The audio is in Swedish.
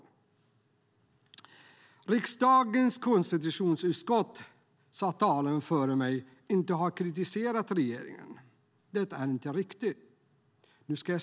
Talaren före mig sade att riksdagens konstitutionsutskott inte har kritiserat regeringen. Detta är inte riktigt.